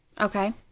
Okay